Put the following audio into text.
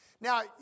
Now